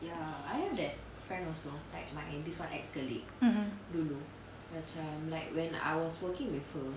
mmhmm